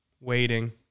waiting